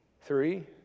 three